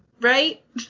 right